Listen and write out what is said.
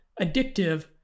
addictive